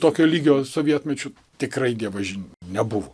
tokio lygio sovietmečiu tikrai dievaži nebuvo